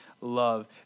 love